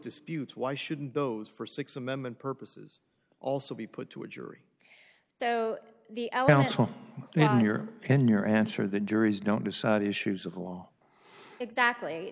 disputes why shouldn't those for six amendment purposes also be put to a jury so the you're in your answer the juries don't decide issues of the law exactly